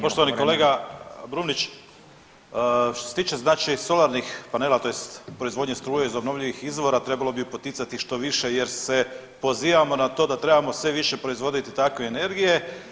Poštovani kolega Brumnić, što se tiče znači solarnih panela, tj. proizvodnji struje iz obnovljivih izvora trebalo bi poticati što više jer se pozivamo na to da trebamo sve više proizvoditi takve energije.